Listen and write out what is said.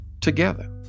together